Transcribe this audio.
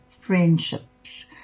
friendships